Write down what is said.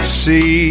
see